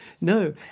No